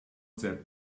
that